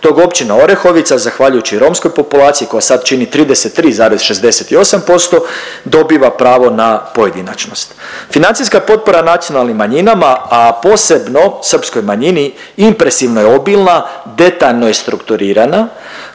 dok općina Orehovica zahvaljujući romskoj populaciji koja sad čini 33,68% dobiva pravo na pojedinačnost. Financijska potpora nacionalnim manjinama, a posebno srpskoj manjini impresivno je obilna, detaljno je strukturirana.